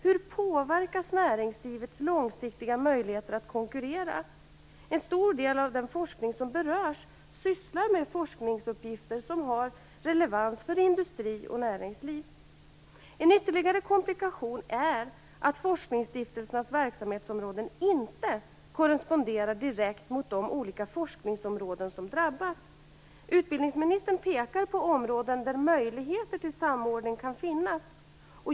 Hur påverkas näringslivets långsiktiga möjligheter att konkurrera? En stor del av den forskning som berörs sysslar med forskningsuppgifter som har relevans för industri och näringsliv. En ytterligare komplikation är att forskningsstiftelsernas verksamhetsområden inte korresponderar direkt mot de olika forskningsområden som drabbas. Utbildningsministern pekar på områden där möjligheter till samordning kan finnas.